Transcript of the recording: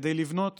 כדי לבנות